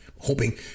hoping